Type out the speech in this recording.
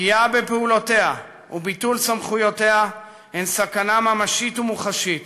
פגיעה בפעולותיה וביטול סמכויותיה הם סכנה ממשית ומוחשית